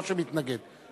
לא שמתנגד,